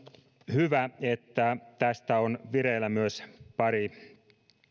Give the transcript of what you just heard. hyvä että tästä on vireillä myös pari